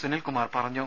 സുനിൽകുമാർ പറഞ്ഞു